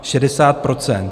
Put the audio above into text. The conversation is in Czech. Šedesát procent!